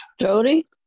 Jody